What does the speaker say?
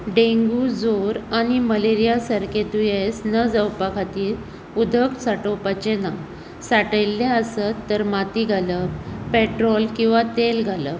dengue जोर आनी malaria सारके दुयेंस न जावपां खातीर उदक साठोवपाचे ना साठयल्ले आसत तर माती घालप पेट्रोल किंवा तेल घालप